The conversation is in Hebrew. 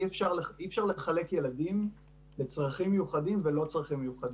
אי אפשר לחלק ילדים לצרכים מיוחדים ולא צרכים מיוחדים.